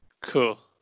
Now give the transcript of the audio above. cool